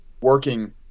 working